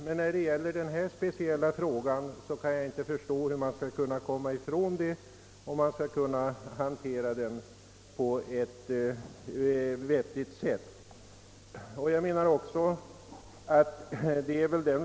Beträffande denna speciella fråga kan jag dock inte förstå hur vi skall kunna undgå att ge Kungl. Maj:t en sådan fullmakt, om frågan skall kunna lösas på ett vettigt sätt.